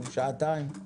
שעתיים,